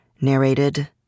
Narrated